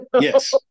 Yes